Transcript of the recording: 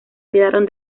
quedaron